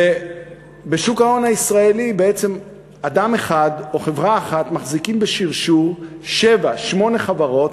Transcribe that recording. בשוק ההון הישראלי אדם אחד או חברה אחת מחזיקים בשרשור שבע-שמונה חברות,